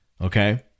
Okay